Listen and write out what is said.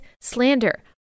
slander